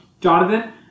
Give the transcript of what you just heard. Jonathan